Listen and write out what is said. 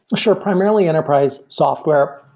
sure. primarily enterprise software.